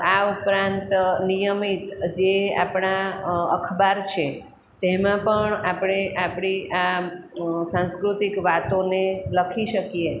આ ઉપરાંત નિયમિત જે આપણા અખબાર છે તેમાં પણ આપણે આપણી આ સાંસ્કૃતિક વાતોને લખી શકીએ